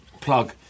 plug